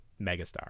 megastar